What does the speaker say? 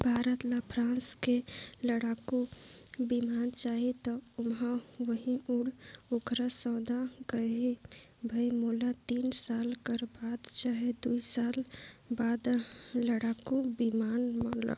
भारत ल फ्रांस ले लड़ाकु बिमान चाहीं त ओहा उहीं दिन ओखर सौदा करहीं भई मोला तीन साल कर बाद चहे दुई साल बाद लड़ाकू बिमान ल